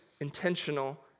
intentional